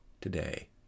today